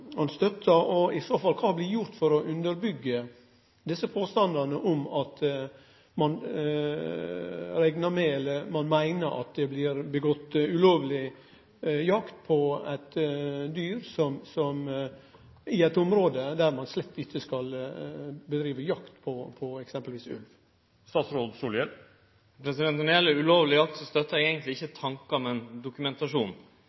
ein antek at dette kjem av ulovleg jakt. Kva meiner statsråden om desse tankane – er dette tankar som han støttar? I så fall: Kva blir gjort for å underbyggje påstandane om – ein meiner – at det føregår ulovleg jakt på eit dyr i eit område der ein slett ikkje skal drive jakt på eksempelvis ulv? Når det gjeld ulovleg jakt, støttar eg eigentleg ikkje